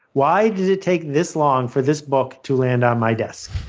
why did it take this long for this book to land on my desk?